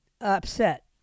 upset